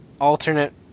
alternate